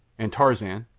and tarzan,